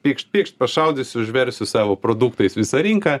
pykšt pykšt pašaudysiu užversiu savo produktais visą rinką